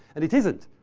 and it isn't.